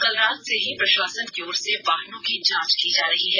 कल रात से ही प्रषासन की ओर से वाहनों की जांच की जा रही है